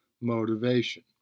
motivation